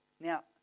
Now